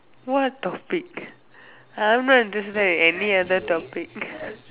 what topic I am not interested in any other topic